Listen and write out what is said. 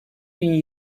bin